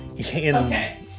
Okay